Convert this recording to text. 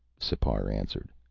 sipar answered.